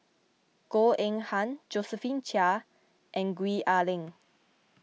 Goh Eng Han Josephine Chia and Gwee Ah Leng